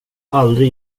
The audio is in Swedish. aldrig